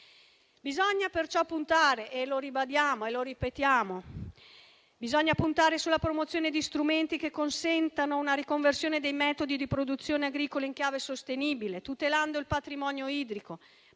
richiesta dei consumatori. Ribadiamo che bisogna puntare sulla promozione di strumenti che consentano una riconversione dei metodi di produzione agricola in chiave sostenibile, tutelando il patrimonio idrico,